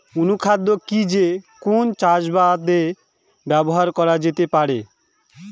অনুখাদ্য কি যে কোন চাষাবাদে ব্যবহার করা যেতে পারে?